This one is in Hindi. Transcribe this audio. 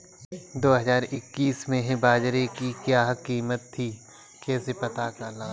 दो हज़ार इक्कीस में बाजरे की क्या कीमत थी कैसे पता लगाएँ?